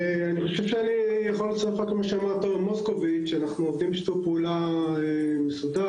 עם תומר מוסקוביץ' אנחנו עובדים בשיתוף פעולה מסודר,